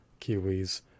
kiwis